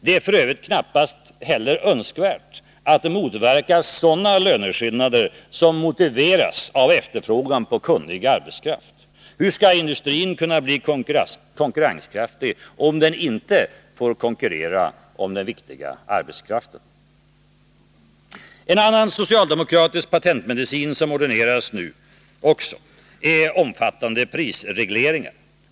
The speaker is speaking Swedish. Det är f. ö. knappast heller önskvärt att motverka sådana löneskillnader som motiveras av efterfrågan på kunnig arbetskraft. Hur skall industrin kunna bli konkurrenskraftig om den inte får konkurrera om den viktiga arbetskraften? En annan socialdemokratisk patentmedicin, som ordineras också nu, är omfattande prisregleringar.